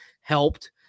helped